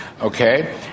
Okay